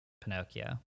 Pinocchio